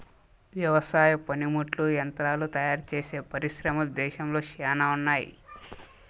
వ్యవసాయ పనిముట్లు యంత్రాలు తయారుచేసే పరిశ్రమలు దేశంలో శ్యానా ఉన్నాయి